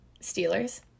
Steelers